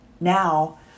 now